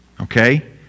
Okay